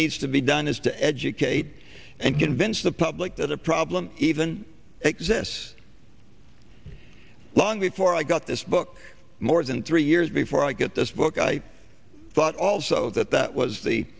needs to be done is to educate and convince the public that a problem even exists long before i got this book more than three years before i get this book i thought also that that was the